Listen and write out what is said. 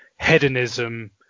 hedonism